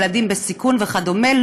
ילדים בסיכון וכדומה,